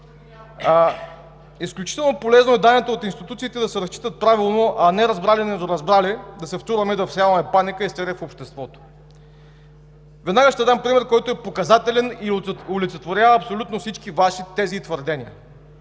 Изключително полезно е данните от институциите да се разчитат правилно, а не разбрали недоразбрали да се втурваме да всяваме паника и истерия в обществото. Веднага ще дам пример, който е показателен и олицетворява абсолютно всички Ваши тези и твърдения.